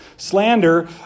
Slander